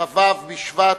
כ"ו בשבט